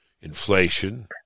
inflation